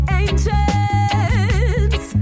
ancients